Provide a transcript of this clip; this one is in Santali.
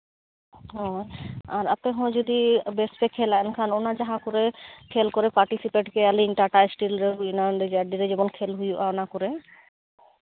ᱦᱚᱸ ᱟᱨ ᱟᱯᱮ ᱦᱚᱸ ᱡᱩᱫᱤ ᱵᱮᱥ ᱯᱮ ᱠᱷᱮᱞᱼᱟ ᱮᱱᱠᱷᱟᱱ ᱚᱱᱟ ᱡᱟᱦᱟᱸ ᱠᱚᱨᱮ ᱠᱷᱮᱞ ᱠᱚᱨᱮ ᱯᱟᱨᱴᱤᱥᱤᱯᱮᱴ ᱯᱮᱭᱟᱞᱤᱧ ᱴᱟᱴᱟ ᱥᱴᱤᱞ ᱨᱮ ᱦᱩᱭᱱᱟ ᱚᱱᱮ ᱡᱟᱨᱰᱤ ᱨᱮ ᱡᱮᱢᱚᱱ ᱠᱷᱮᱞ ᱦᱩᱭᱩᱜᱼᱟ ᱚᱱᱟ ᱠᱚᱨᱮ